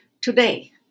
Today